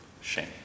shame